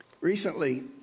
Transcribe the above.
recently